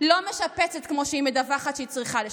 לא משפצת כמו שהיא מדווחת שהיא צריכה לשפץ.